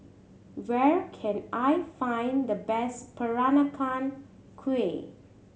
where can I find the best Peranakan Kueh